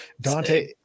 Dante